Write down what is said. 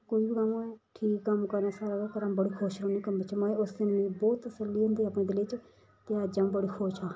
कोई बी कम्म होऐ ठीक कम्म करना सारा अ'ऊं बड़ी खुश रौह्नीं उस दिन बहुत तसल्ली होंदी अपने दिलै च कि अज्ज आ'ऊं बड़ी खुश आं